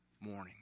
morning